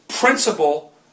Principle